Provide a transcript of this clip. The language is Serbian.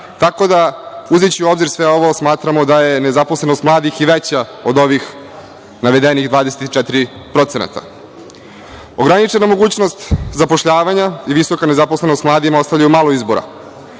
da, uzimajući u obzir sve ovo smatramo da je nezaposlenost mladih i veća od ovih navedenih 24%.Ograničena mogućnost zapošljavanja i visoka nezaposlenost, mladima ostavljaju malo izbora.